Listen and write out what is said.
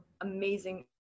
amazing